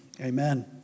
Amen